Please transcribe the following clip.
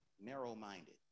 narrow-minded